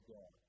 God